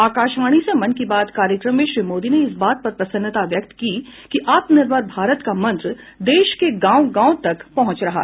आकाशवाणी से मन की बात कार्यक्रम में श्री मोदी ने इस बात पर प्रसन्नता व्यक्त की कि आत्मनिर्भर भारत का मंत्र देश के गांव गांव तक पहुंच रहा है